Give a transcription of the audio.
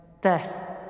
Death